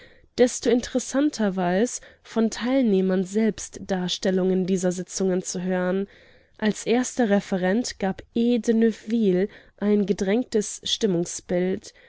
desto interessanter war es von teilnehmern selbst darstellungen dieser sitzungen zu hören als erster referent gab e de neufville ein gedrängtes stimmungsbild